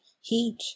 heat